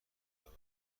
یابد